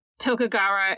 Tokugawa